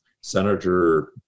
Senator